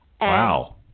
Wow